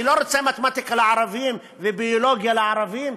אני לא רוצה מתמטיקה לערבים וביולוגיה לערבים,